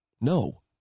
No